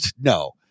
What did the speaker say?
no